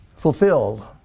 fulfilled